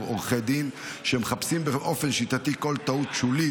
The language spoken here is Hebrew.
עורכי דין שמחפשים באופן שיטתי כל טעות שולית,